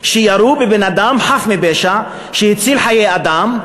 שירו בבן-אדם חף מפשע שהציל חיי אדם,